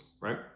right